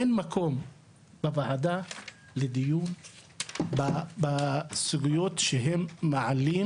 אין מקום בוועדה לדיון בסוגיות שהם מעלים